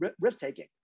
risk-taking